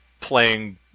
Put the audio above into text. playing